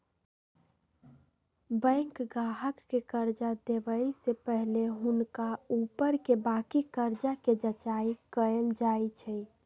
bank गाहक के कर्जा देबऐ से पहिले हुनका ऊपरके बाकी कर्जा के जचाइं कएल जाइ छइ